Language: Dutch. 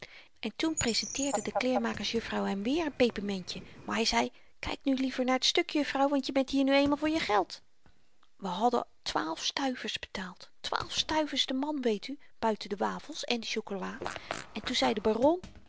en toen prezenteerde de kleermakers juffrouw hem weer n pepermentje maar hy zei kyk nu liever naar t stuk juffrouw want je bent hier nu eenmaal voor je geld we hadden twaalf stuivers betaald twaalf stuivers de man weet u buiten de wafels en de chocola en toen zei de baron